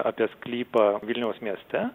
apie sklypą vilniaus mieste